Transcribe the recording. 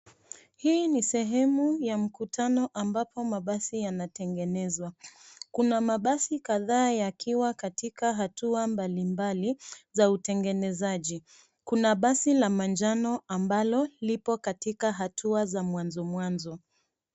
Hii ni sehemu ya mkutano ambapo mabasi yanatengenezwa. Kuna mabasi kadhaa yakiwa katika hatua mbalimbali za utengenezaji. Kuna basi la manjano ambalo lipo katika hatua za mwanzo mwanzo.